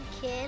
kid